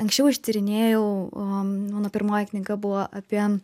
anksčiau aš tyrinėjau mano pirmoji knyga buvo apie